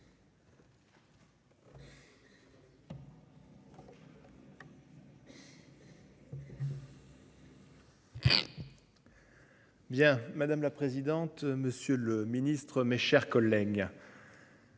Bien, madame la présidente. Monsieur le Ministre, mes chers collègues.